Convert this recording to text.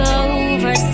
over